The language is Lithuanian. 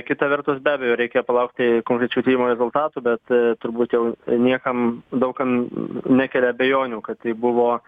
kita vertus be abejo reikia palaukti konkrečių tyrimo rezultatų bet turbūt jau niekam daug kam nekelia abejonių kad tai buvo